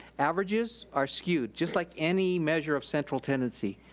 averages are skewed, just like any measure of central tendency.